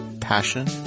passion